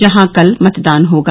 जहां कल मतदान होगा